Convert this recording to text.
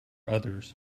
others